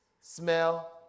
smell